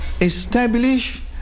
establish